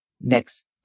next